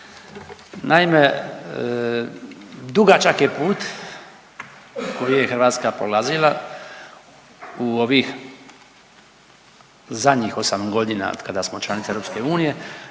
Naime, dugačak je put koji je Hrvatska prolazila u ovih zadnjih 8 godina otkada smo članica EU kako bismo